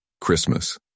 Christmas